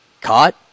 Caught